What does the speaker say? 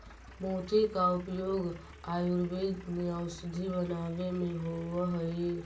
मोती का उपयोग आयुर्वेद में औषधि बनावे में होवअ हई